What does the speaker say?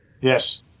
Yes